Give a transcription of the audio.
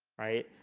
right?